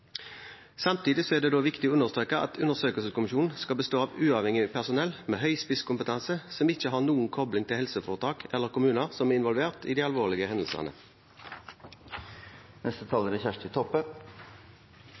Samtidig er det viktig å understreke at undersøkelseskommisjonen skal bestå av uavhengig personell med høy spisskompetanse som ikke har noen kobling til helseforetak eller kommuner som er involvert i de alvorlige hendelsene.